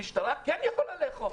המשטרה כן יכולה לאכוף.